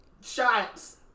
shots